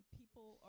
people